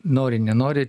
nori nenori